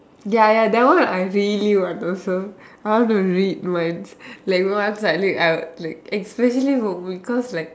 ya ya that one I really want also I want to read once like once I late like especially home because like